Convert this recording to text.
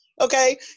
Okay